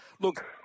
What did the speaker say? Look